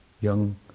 young